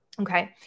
okay